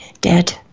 dead